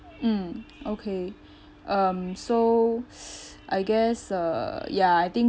mm okay um so I guess uh ya I think